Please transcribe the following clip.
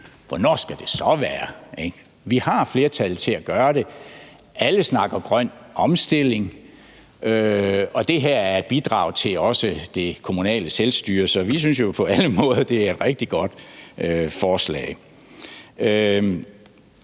hvornår skal det så være? Vi har flertallet til at gøre det; alle snakker grøn omstilling; og det her er et bidrag til det kommunale selvstyre. Så vi synes jo, at det på alle måder er et rigtig godt forslag.